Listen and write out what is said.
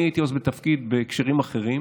אני הייתי אז בתפקיד בהקשרים אחרים.